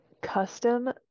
Custom